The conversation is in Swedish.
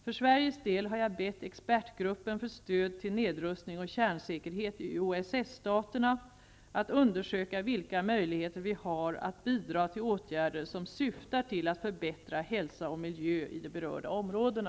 För Sveriges del har jag bett expertgruppen för stöd till nedrustning och kärnsäkerhet i OSS-staterna att undersöka vilka möjligheter vi har att bidra till åtgärder som syftar till att förbättra hälsa och miljö i de berörda områdena.